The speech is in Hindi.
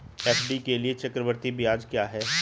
एफ.डी के लिए चक्रवृद्धि ब्याज क्या है?